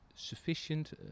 sufficient